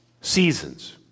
seasons